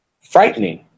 frightening